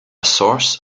source